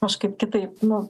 kažkaip kitaip nu